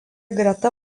greta